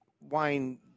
Wayne